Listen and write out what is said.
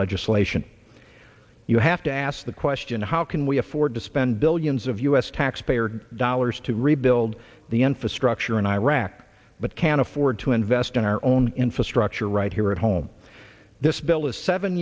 legislation you have to ask the question how can we afford to spend billions of u s taxpayer dollars to rebuild the infrastructure in iraq but can't afford to invest in our own infrastructure right here at home this bill is seven